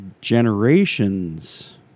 generations